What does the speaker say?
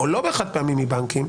או לא בחד-פעמי מבנקים,